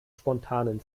spontanen